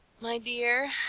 my dear,